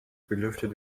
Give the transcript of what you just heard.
belüftet